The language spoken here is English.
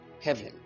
heaven